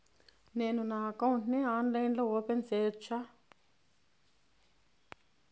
నేను నా అకౌంట్ ని ఆన్లైన్ లో ఓపెన్ సేయొచ్చా?